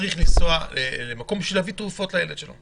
אדם צריך לנסוע כדי להביא תרופות לילד שלו.